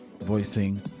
voicing